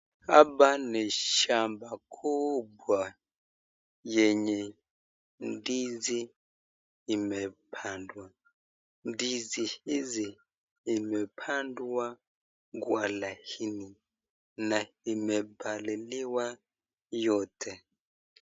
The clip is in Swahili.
Hapa ni shamba kubwa yenye ndizi imepandwa. Ndizi hizi imepangwa kwa laini na imepaliliwa yote.